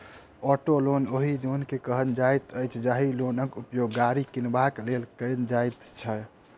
auto loan ओहि loan के कहल जाइत अछि, जाहि लोनक उपयोग गाड़ी किनबाक लेल कयल जाइत छै